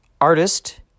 artist